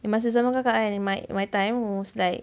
masa zaman kakak kan my time was like